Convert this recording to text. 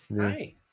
Hi